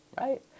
right